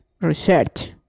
research